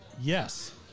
Yes